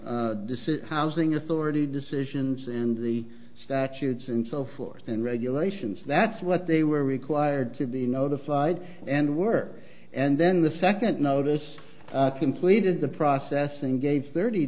deceased housing authority decisions and the statutes and so forth and regulations that's what they were required to be notified and work and then the second notice completed the process engaged thirty